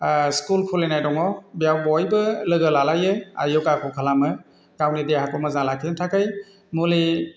school खुलिनाय दङ बेयाव बयबो लोगो लालायो योगाखौ खालामो गावनि देहाखौ मोजां लाखिनो थाखाय मुलि